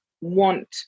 want